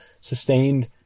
sustained